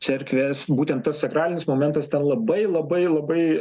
cerkves būtent tas sakralinis momentas ten labai labai labai